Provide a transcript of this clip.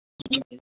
जी